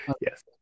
Yes